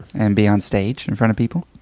and be on stage in front of people